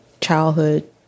childhood